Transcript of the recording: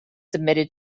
submitted